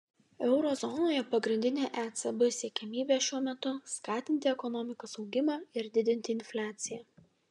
euro zonoje pagrindinė ecb siekiamybė šiuo metu skatinti ekonomikos augimą ir didinti infliaciją